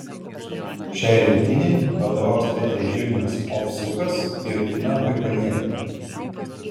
šiai rinktinei vadovaus treneriai žilvinas ovsiukas ir ina paipalienė